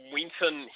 Winton